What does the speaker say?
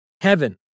Heaven